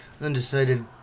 undecided